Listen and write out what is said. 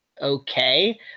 okay